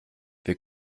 wir